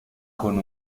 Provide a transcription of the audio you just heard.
con